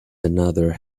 another